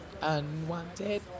Unwanted